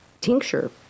tincture